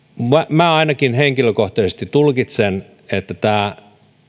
minä ainakin henkilökohtaisesti tulkitsen että tämä